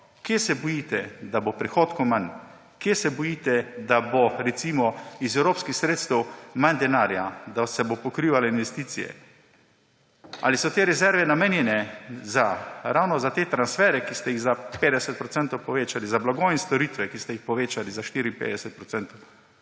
Kje se bojite, da bo prihodkov manj? Kje se bojite, da bo recimo iz evropskih sredstev manj denarja, da se bodo pokrivale investicije? Ali so te rezerve namenjene ravno za te transferje, ki ste jih za 50 % povečali, za blago in storitve, ki ste jih povečali za 54 %?